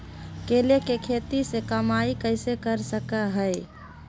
केले के खेती से कमाई कैसे कर सकय हयय?